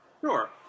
Sure